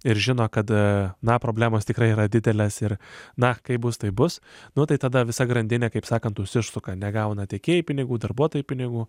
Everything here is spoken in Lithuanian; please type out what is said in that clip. ir žino kad na problemos tikrai yra didelės ir na kaip bus taip bus nu tai tada visa grandinė kaip sakant užsisuka negauna tiekėjai pinigų darbuotojai pinigų